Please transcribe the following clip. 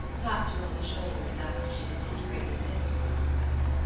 tapped her on the shoulder and asked if she did not greatly miss her young friend.